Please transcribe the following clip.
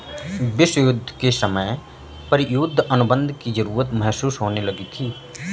विश्व युद्ध के समय पर युद्ध अनुबंध की जरूरत महसूस होने लगी थी